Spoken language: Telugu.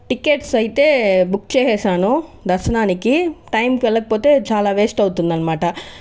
టికెట్స్ అయితే బుక్ చేసేసాను దర్శనానికి టైమ్కి వెళ్ళకపోతే చాలా వేస్ట్ అవుతుంది అనమాట